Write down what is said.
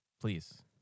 please